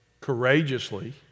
courageously